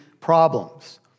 problems